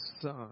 son